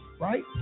right